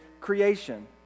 creation